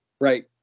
Right